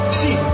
see